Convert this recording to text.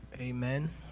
amen